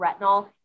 retinol